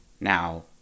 Now